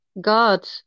God